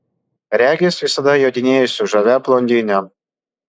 regis visada jodinėji su žavia blondine